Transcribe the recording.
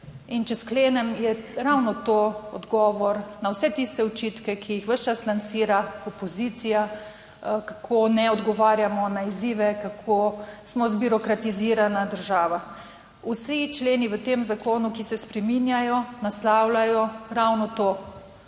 če sklenem je ravno to odgovor na vse tiste očitke, ki jih ves čas lansira opozicija, kako ne odgovarjamo na izzive, kako smo zbirokratizirana država. Vsi členi v tem zakonu, ki se spreminjajo, naslavljajo ravno to,